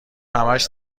همش